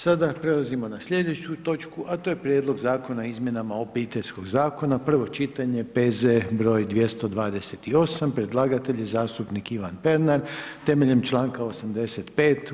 Sada prelazimo na sljedeću točku a to je: - Prijedlog zakona o izmjenama Obiteljskog zakona, prvo čitanje, P.Z. br. 228 Predlagatelj: zastupnik Ivan Pernar Temeljem članka 85.